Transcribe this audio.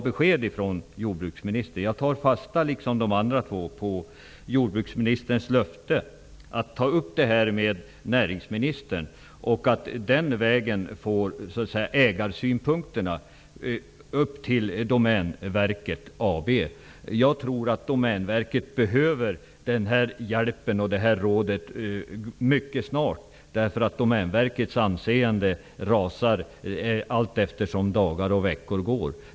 Jag, liksom de två andra interpellanterna, tar fasta på jordbruksministerns löfte att ta upp ärendet med näringsministern, för att den vägen få fram ägarsynpunkterna till Domän Jag tror att Domänverket hehöver denna hjälp och detta råd mycket snart. Domänverkets anseende rasar nämligen allteftersom dagar och veckor går.